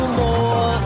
more